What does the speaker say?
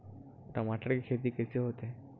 टमाटर के खेती कइसे होथे?